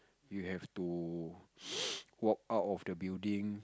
you have to walk out of the building